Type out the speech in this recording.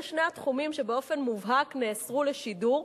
אלה שני התחומים שבאופן מובהק נאסרו לשידור.